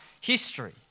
history